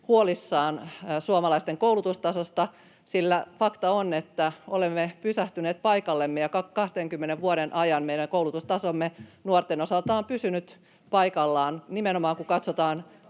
huolissaan suomalaisten koulutustasosta, sillä fakta on, että olemme pysähtyneet paikallemme ja 20 vuoden ajan meidän koulutustasomme nuorten osalta on pysynyt paikallaan nimenomaan kun katsotaan